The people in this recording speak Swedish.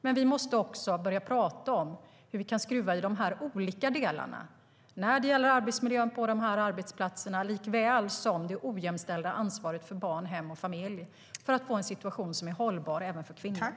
Men vi måste också börja prata om hur vi kan skruva i de olika delarna när det gäller arbetsmiljön på de här arbetsplatserna såväl som det ojämställda ansvaret för barn, hem och familj för att få en situation som är hållbar även för kvinnor.